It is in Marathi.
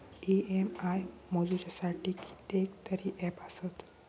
इ.एम.आय मोजुच्यासाठी कितकेतरी ऍप आसत